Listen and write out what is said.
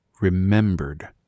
remembered